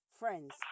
friends